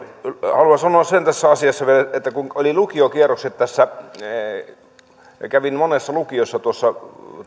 haluan sanoa sen tässä asiassa vielä että kun oli lukiokierrokset tässä ja kävin monessa lukiossa tuossa